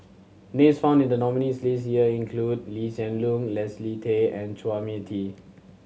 names found in the nominees' list this year include Lee Hsien Loong Leslie Tay and Chua Mia Tee